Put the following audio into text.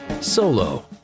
Solo